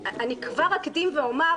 כבר אקדים ואומר